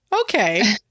okay